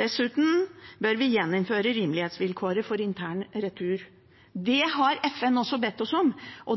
Dessuten bør vi gjeninnføre rimelighetsvilkåret for intern retur. Det har også FN bedt oss om.